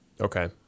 Okay